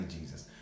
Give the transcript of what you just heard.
Jesus